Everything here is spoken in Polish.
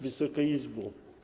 Wysoka Izbo!